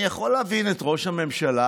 אני יכול להבין את ראש הממשלה,